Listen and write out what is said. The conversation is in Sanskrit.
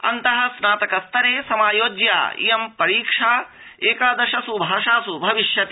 अन्तः स्नातक स्तरे समायोज्या इयं परीक्षा एकादशस् भाषास् भविष्यति